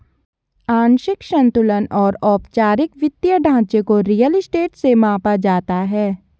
आंशिक संतुलन और औपचारिक वित्तीय ढांचे को रियल स्टेट से मापा जाता है